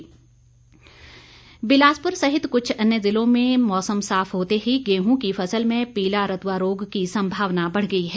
पीला रतुआ बिलासपुर सहित कुछ अन्य जिलों में मौसम साफ होते ही गेहूं की फसल में पीला रतुआ रोग की संभावना बढ़ गई है